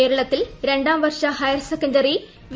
കേരളത്തിൽ രണ്ടാം വർഷ ഹയർസെക്കൻഡറി വി